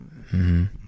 -hmm